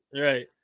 Right